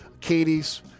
Katie's